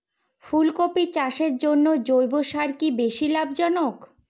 ফুলকপি চাষের জন্য জৈব সার কি বেশী লাভজনক?